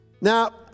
Now